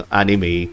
anime